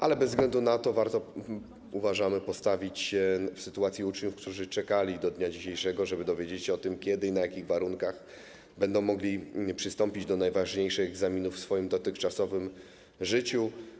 Ale bez względu na to warto, uważamy, postawić się w sytuacji uczniów, którzy czekali do dnia dzisiejszego, żeby dowiedzieć się o tym, kiedy i na jakich warunkach będą mogli przystąpić do najważniejszych egzaminów w swoim dotychczasowym życiu.